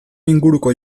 inguruko